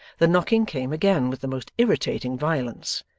the knocking came again with the most irritating violence,